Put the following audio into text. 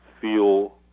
feel